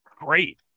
great